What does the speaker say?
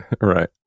Right